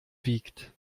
wiegt